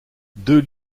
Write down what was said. deux